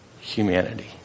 humanity